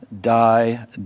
die